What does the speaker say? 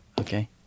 Okay